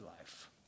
life